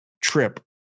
trip